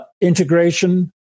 Integration